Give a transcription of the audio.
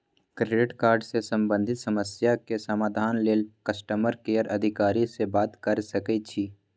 credit card से संबंधित समस्या के समाधान लेल कस्टमर केयर अधिकारी से बात कर सकइछि